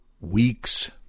weeks